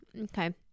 Okay